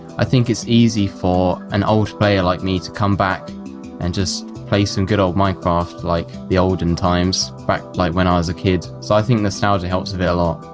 i think it's easy for an old player like me to come back and just play some good old minecraft like the olden times back like when ah i was a kid. so i think nostalgia helps with it a lot.